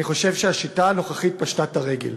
אני חושב שהשיטה הנוכחית פשטה את הרגל.